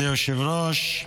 אדוני היושב-ראש,